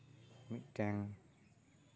ᱢᱤᱫᱴᱮᱱ